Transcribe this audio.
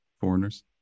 foreigners